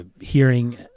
hearing